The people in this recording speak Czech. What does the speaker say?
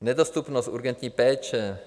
Nedostupnost urgentní péče.